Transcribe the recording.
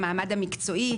המעמד המקצועי,